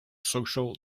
social